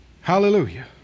Hallelujah